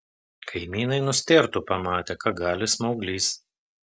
kaimynai nustėrtų pamatę ką gali smauglys